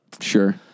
Sure